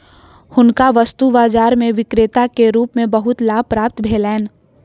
हुनका वस्तु बाजार में विक्रेता के रूप में बहुत लाभ प्राप्त भेलैन